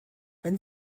wenn